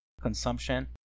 consumption